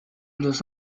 los